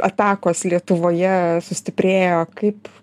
atakos lietuvoje sustiprėjo kaip